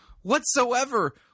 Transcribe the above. whatsoever